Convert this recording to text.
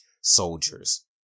soldiers